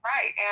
Right